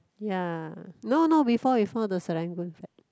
ya no no before we found the Serangoon flat